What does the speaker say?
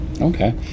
Okay